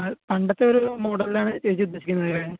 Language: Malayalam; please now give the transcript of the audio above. അത് പണ്ടത്തെയൊരു മോഡലാണ് ചേച്ചി ഉദ്ദേശിക്കുന്നത് അല്ലേ